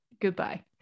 Goodbye